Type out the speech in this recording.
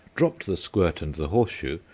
dropped the squirt and the horseshoe,